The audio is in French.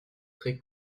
très